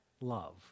love